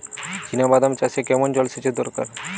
চিনাবাদাম চাষে কেমন জলসেচের দরকার?